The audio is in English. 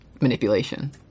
manipulation